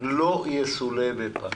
לא יסולה בפז.